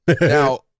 Now